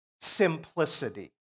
simplicity